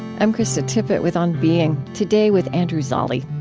i'm krista tippett with on being, today with andrew zolli.